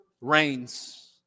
reigns